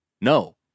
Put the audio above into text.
No